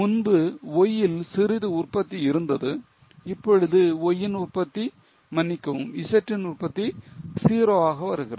முன்பு Y யில் சிறிது உற்பத்தி இருந்தது இப்பொழுது Y ன் உற்பத்தி மன்னிக்கவும் Z ன் உற்பத்தி 0 வாகிறது